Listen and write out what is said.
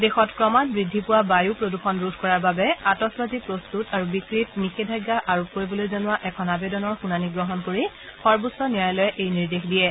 দেশত ক্ৰমাৎ বৃদ্ধি পোৱা বায়ু প্ৰদূষণ ৰোধ কৰাৰ বাবে আতচবাজি প্ৰস্তত আৰু বিক্ৰীত নিষেধাজ্ঞা আৰোপ কৰিবলৈ জনোৱা এখন আবেদনৰ শুনানি গ্ৰহণ কৰি সৰ্বোচ্চ ন্যায়ালয়ে এই নিৰ্দেশ দিয়ে